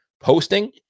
posting